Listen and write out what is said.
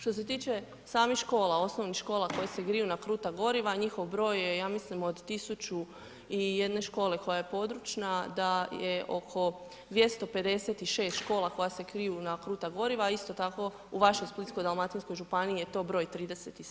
Što se tiče samih škola, osnovnih škola koja se griju na kruta goriva njihov broj je ja mislim od 1.001 škole koja je područna da je oko 256 škola koja se griju na kruta goriva, a isto tako u vašoj Splitsko-dalmatinskoj županiji je to broj 37.